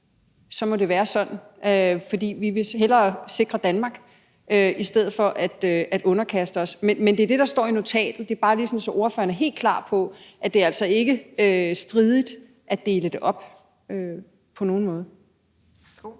så må det være sådan, for vi vil hellere sikre Danmark end at underkaste os. Det er det, der står i notatet, og det er bare sådan, at ordføreren er helt klar på, at det altså ikke på nogen måde